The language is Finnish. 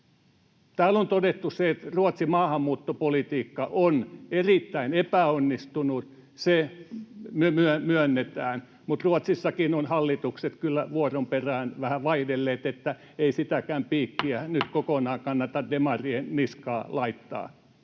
Täällä on todettu se, että Ruotsin maahanmuuttopolitiikka on erittäin epäonnistunut. Se myönnetään, mutta Ruotsissakin ovat hallitukset kyllä vuoron perään vähän vaihdelleet, että ei sitäkään piikkiä nyt kokonaan kannata demarien niskaan laittaa.